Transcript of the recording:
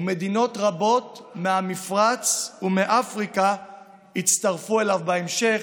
ומדינות רבות מהמפרץ ומאפריקה יצטרפו אליו בהמשך,